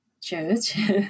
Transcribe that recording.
Church